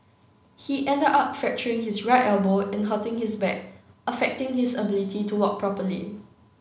he ended up fracturing his right elbow and hurting his back affecting his ability to walk properly